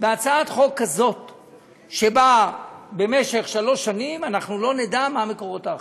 בהצעת חוק שבה במשך שלוש שנים אנחנו לא נדע מה מקורות ההכנסה.